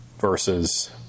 Versus